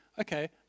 okay